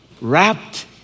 wrapped